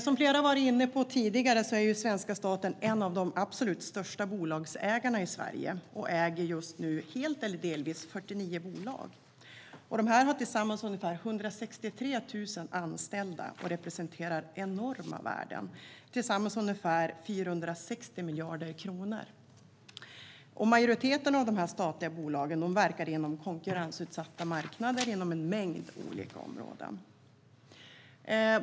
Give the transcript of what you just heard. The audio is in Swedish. Som flera har varit inne på tidigare är svenska staten är en av de största bolagsägarna i Sverige och äger just nu, helt eller delvis, 49 bolag. Dessa har tillsammans ungefär 163 000 anställda och representerar enorma värden, tillsammans ungefär 460 miljarder kronor. Majoriteten av de statliga bolagen verkar inom konkurrensutsatta marknader inom en mängd olika områden.